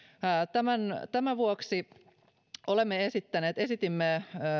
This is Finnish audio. tämän tämän vuoksi esitimme